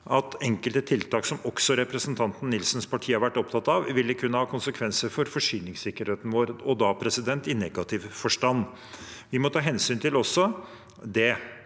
at enkelte tiltak som også representanten Nilsens parti har vært opptatt av, vil kunne ha konsekvenser for forsyningssikkerheten vår – og da i negativ forstand. Vi må også ta hensyn til det